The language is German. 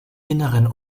innern